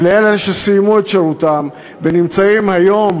ולאלה שסיימו את שירותם ונמצאים היום